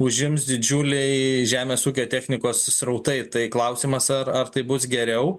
užims didžiuliai žemės ūkio technikos srautai tai klausimas ar ar tai bus geriau